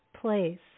place